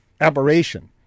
aberration